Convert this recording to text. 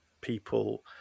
people